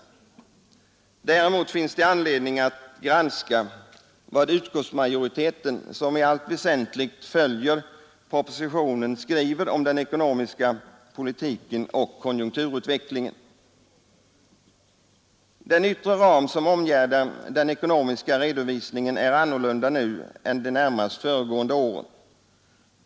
Däremot finns det anledning att granska vad utskottsmajoriteten, som i allt väsentligt följer propositionen, skriver om den ekonomiska politiken och Den yttre ram som omgärdar den ekonomiska redovisningen är annorlunda nu än de närmast föregående åren.